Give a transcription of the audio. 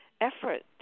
effort